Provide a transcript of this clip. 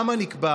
נקבע